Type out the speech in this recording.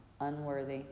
unworthy